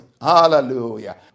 Hallelujah